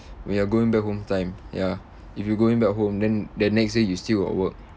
we are going back home time ya if you're going back home then the next day you still got work